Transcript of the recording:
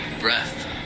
breath